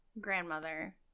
grandmother